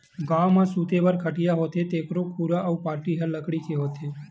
गाँव म सूते बर खटिया होथे तेखरो खुरा अउ पाटी ह लकड़ी के होथे